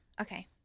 okay